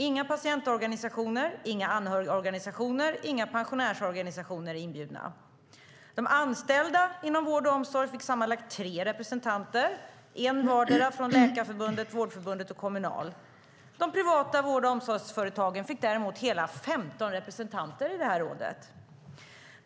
Inga patientorganisationer, inga anhörigorganisationer och inga pensionärsorganisationer är inbjudna. De anställda inom vård och omsorg fick sammanlagt tre representanter: en vardera från Läkarförbundet, Vårdförbundet och Kommunal. De privata vård och omsorgsföretagen fick däremot hela 15 representanter i rådet.